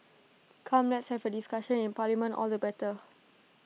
come let's have A discussion in parliament all the better